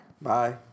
Bye